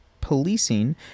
policing